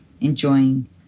enjoying